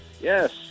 Yes